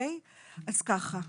אז ככה.